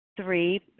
three